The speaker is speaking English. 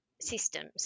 systems